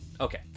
okay